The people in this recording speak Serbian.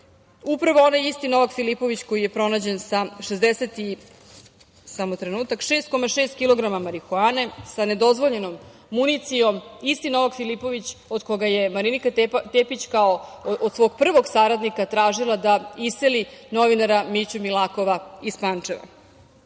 Upravo onaj isti Novak Filipović koji je pronađen sa 6,6 kilograma marihuane, sa nedozvoljenom municijom. Isti Novak Filipović od koga je Marinika Tepić, kao od svog prvog saradnika, tražila da iseli novinara Miću Milakova iz